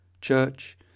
Church